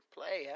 Play